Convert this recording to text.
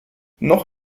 noch